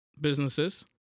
businesses